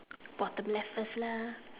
bottom left first lah